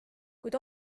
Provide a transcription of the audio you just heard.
kuid